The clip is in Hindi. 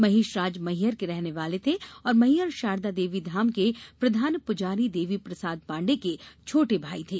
महेश राज मैहर के रहने वाले थे और मैहर शारदा देवी धाम के प्रधान पुजारी देवी प्रसाद पाण्डे के छोटे भाई थे